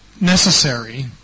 necessary